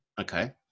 okay